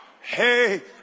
Hey